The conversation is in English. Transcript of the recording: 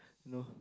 no